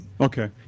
Okay